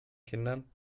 kindern